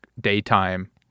daytime